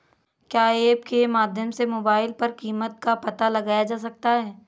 क्या ऐप के माध्यम से मोबाइल पर कीमत का पता लगाया जा सकता है?